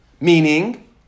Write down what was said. Meaning